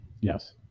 Yes